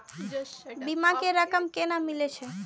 बीमा के रकम केना मिले छै?